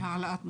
להעלאת מודעות,